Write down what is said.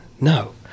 No